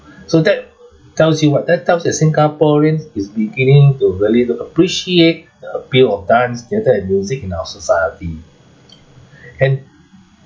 so that tells you what that tells you that singaporeans is beginning to really appreciate the appeal of dance theatre and music in our society and